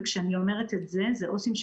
וכשאני אומרת את זה אלה עובדים סוציאליים